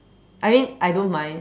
I mean I don't mind